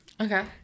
Okay